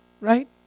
Right